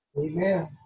Amen